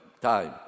time